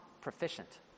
proficient